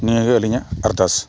ᱱᱤᱭᱟᱹ ᱜᱮ ᱟᱹᱞᱤᱧᱟᱜ ᱟᱨᱫᱟᱥ